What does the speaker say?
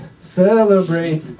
Celebrate